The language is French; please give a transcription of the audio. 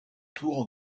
tours